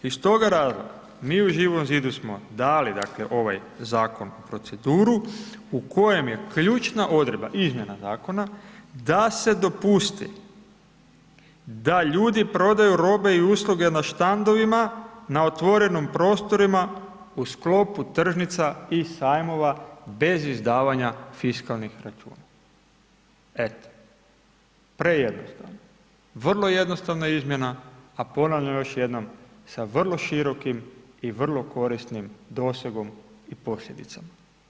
Iz toga razloga mi u Živom zidu smo dali, dakle, ovaj zakon u proceduru u kojem je ključna odredba izmjena zakona da se dopusti da ljudi prodaju robe i usluge na štandovima na otvorenim prostorima u sklopu tržnica i sajmova bez izdavanja fiskalnih računa, eto, prejednostavno, vrlo jednostavna izmjena, a ponavljam još jednom, sa vrlo širokim i vrlo korisnim dosegom i posljedicama.